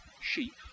sheep